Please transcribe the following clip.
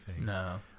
No